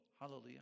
Hallelujah